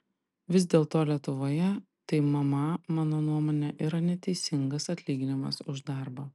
vis dėlto lietuvoje tai mma mano nuomone yra neteisingas atlyginimas už darbą